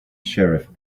sheriff